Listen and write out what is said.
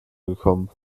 gekommen